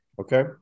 Okay